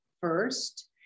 first